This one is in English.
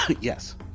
Yes